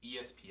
ESPN